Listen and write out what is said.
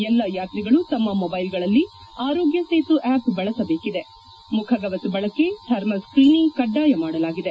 ಎಲ್ಲಾ ಯಾತ್ರಿಗಳು ತಮ್ಮ ಮೊಬೈಲ್ ಗಳಲ್ಲಿ ಆರೋಗ್ಯ ಸೇತು ಆಷ್ ಬಳಸಬೇಕಿದೆ ಮುಖಗವಸು ಬಳಕೆ ಥರ್ಮಲ್ ಸ್ತೀನಿಂಗ್ ಕಡ್ಡಾಯ ಮಾಡಲಾಗಿದೆ